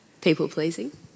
people-pleasing